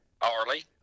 Arley